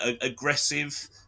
aggressive